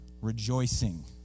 Rejoicing